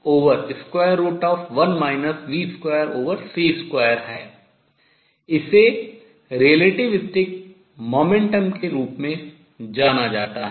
इसे आपेक्षिकीय संवेग के रूप में जाना जाता है